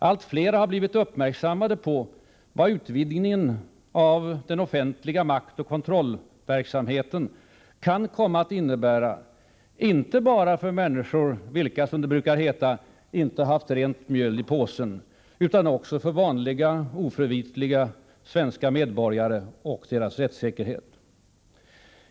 Allt fler har blivit uppmärksammade på vad utvidgningen av den offentliga maktoch kontrollverksamheten kan komma att innebära, inte bara för människor vilka, som det brukar heta, inte haft rent mjöl i påsen, utan också för vanliga, oförvitliga svenska medborgare och deras rättssäkerhet.